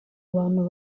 bantu